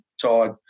side